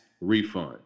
refund